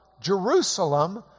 Jerusalem